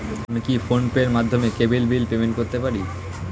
আমি কি ফোন পের মাধ্যমে কেবল বিল পেমেন্ট করতে পারি?